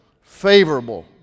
favorable